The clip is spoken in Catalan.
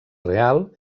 real